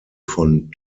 von